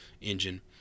engine